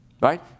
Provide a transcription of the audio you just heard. Right